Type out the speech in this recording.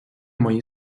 мої